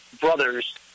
brothers